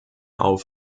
auf